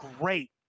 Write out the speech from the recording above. great